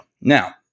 now